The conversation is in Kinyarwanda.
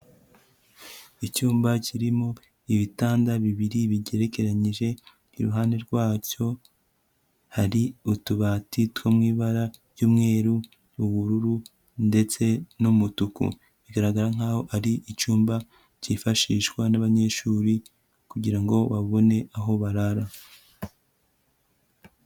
Icyumba kirimo ibitanda bibiri bigerekeranyije, iruhande rwacyo hari utubati two mubara ry'umweru, ubururu ndetse n'umutuku, bigaragara nkaho ari icyumba kifashishwa n'abanyeshuri kugira ngo babone aho barara.